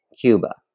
Cuba